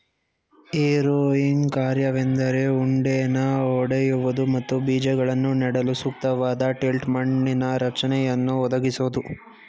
harrowing ಕಾರ್ಯವೆಂದರೆ ಉಂಡೆನ ಒಡೆಯುವುದು ಮತ್ತು ಬೀಜಗಳನ್ನು ನೆಡಲು ಸೂಕ್ತವಾದ ಟಿಲ್ತ್ ಮಣ್ಣಿನ ರಚನೆಯನ್ನು ಒದಗಿಸೋದು